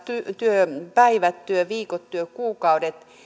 työpäivät työviikot työkuukaudet